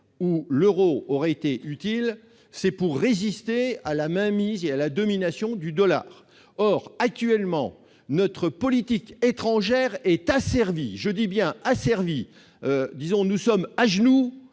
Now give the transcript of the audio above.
où l'Euro aura été utile c'est pour résister à la mainmise et à la domination du dollar, or actuellement notre politique étrangère est asservie, je dis bien servi disons : nous sommes à genoux